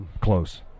Close